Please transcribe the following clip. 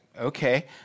okay